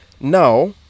Now